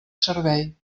servei